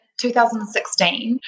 2016